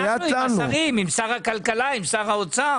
אנחנו עם השרים עם שר הכלכלה, עם שר האוצר.